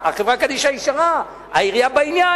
ישר, החברה קדישא ישרה, העירייה בעניין.